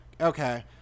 okay